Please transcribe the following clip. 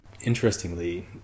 Interestingly